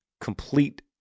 complete